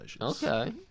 Okay